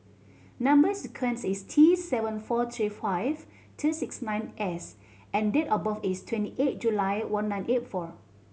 number sequence is T seven four three five two six nine S and date of birth is twenty eight July one nine eight four